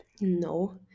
no